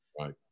Right